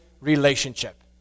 relationship